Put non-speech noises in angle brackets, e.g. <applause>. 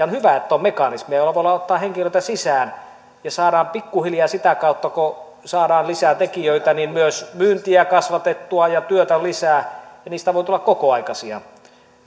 <unintelligible> on hyvä että on mekanismeja joilla voidaan ottaa henkilöitä sisään ja saadaan pikkuhiljaa sitä kautta kun saadaan lisää tekijöitä myös myyntiä kasvatettua ja työtä lisää ja heistä voi tulla kokoaikaisia